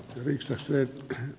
yhteistyötä